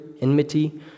enmity